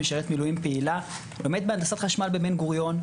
היא משרתת מילואים פעילה שלומדת הנדסת חשמל בבן גוריון,